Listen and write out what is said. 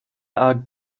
are